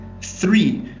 Three